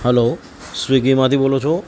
hello સ્વિગીમાંથી બોલો છો